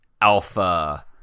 alpha